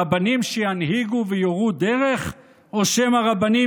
רבנים שינהיגו ויורו דרך או שמא רבנים